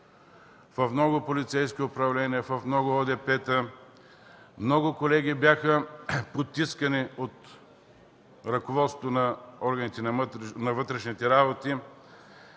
В много полицейски управления, в много ОДП-та много колеги бяха потискани от ръководството на органите на вътрешните работи.